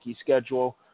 schedule